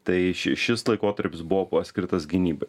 tai šešis laikotarpis buvo paskirtas gynybai